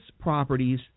properties